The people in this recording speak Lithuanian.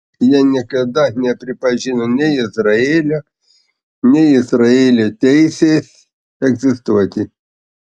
jie niekada nepripažino nei izraelio nei izraelio teisės egzistuoti